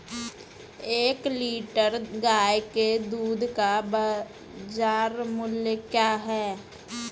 एक लीटर गाय के दूध का बाज़ार मूल्य क्या है?